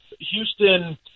Houston